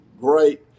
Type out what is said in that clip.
great